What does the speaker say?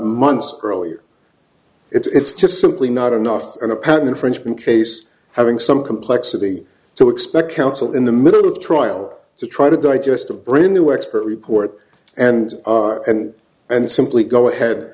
months earlier it's just simply not enough and a patent infringement case having some complexity to expect counsel in the middle of trial to try to digest a brand new expert report and and and simply go ahead